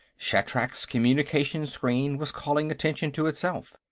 shatrak's communication-screen was calling attention to itself.